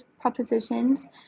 propositions